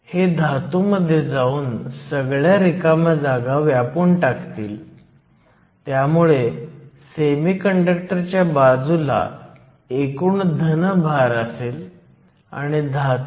तर o ही free स्पेसची परमिटीविटी आहे r ही सिलिकॉनची रिलेटिव परमिटीविटी आहे आणि r ही 11